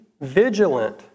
vigilant